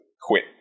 quit